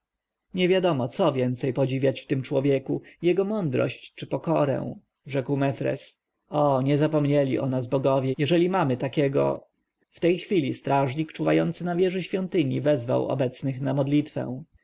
niewiadomo co więcej podziwiać w tym człowieku jego mądrość czy pokorę rzekł mefres o nie zapomnieli o nas bogowie jeżeli mamy takiego w tej chwili strażnik czuwający na wieży świątyni wezwał obecnych na modlitwę